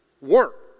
work